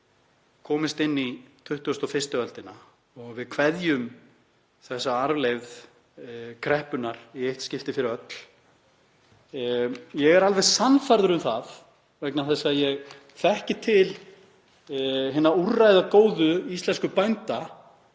komist inn í 21. öldina og við kveðjum þessa arfleifð kreppunnar í eitt skipti fyrir öll. Ég er alveg sannfærður um það, vegna þess að ég þekki til hinna úrræðagóðu íslenskra bænda,